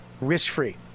risk-free